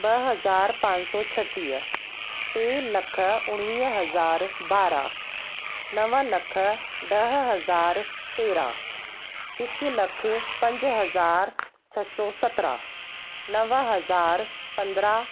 ॿ हज़ार पांच सौ छटीह टे लख उणिवीह हज़ार ॿारहं नव लख ॾह हज़ार तेरहं हिक लख पंज हज़ार छह सौ सत्रहं नव हज़ार पंद्रहं